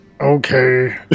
Okay